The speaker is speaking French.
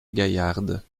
gaillarde